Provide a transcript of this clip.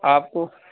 آپ کو